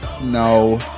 No